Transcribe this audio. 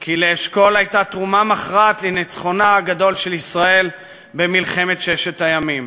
כי לאשכול הייתה תרומה מכרעת לניצחונה הגדול של ישראל במלחמת ששת הימים.